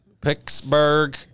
Pittsburgh